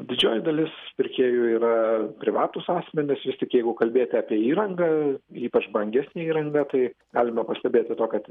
didžioji dalis pirkėjų yra privatūs asmenys vis tik jeigu kalbėti apie įrangą ypač brangesnę įrangą tai galima pastebėti to kad